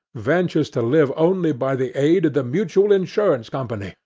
ventures to live only by the aid of the mutual insurance company,